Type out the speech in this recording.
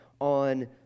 on